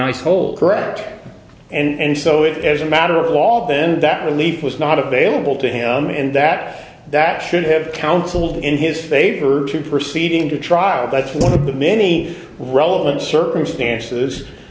ice hole correct and so it as a matter of law then that relief was not available to him and that that should have counseled in his favor to proceed into trial that's one of the many relevant circumstances